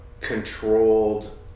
controlled